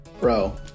Bro